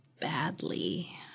badly